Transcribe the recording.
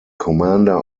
commander